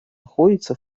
находится